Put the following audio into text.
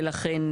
ולכן,